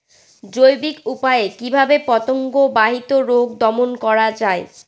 জৈবিক উপায়ে কিভাবে পতঙ্গ বাহিত রোগ দমন করা যায়?